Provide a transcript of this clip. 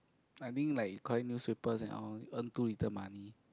like being like collect newspapers and all earn too little money